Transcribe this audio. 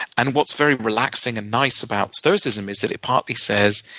and what's very relaxing and nice about stoicism is that it partly says,